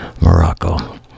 Morocco